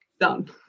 done